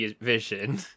vision